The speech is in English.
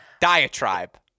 diatribe